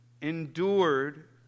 endured